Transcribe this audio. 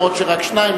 אף-על-פי שרק שניים,